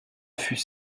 fus